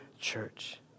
church